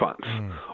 funds